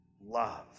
love